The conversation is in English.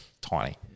tiny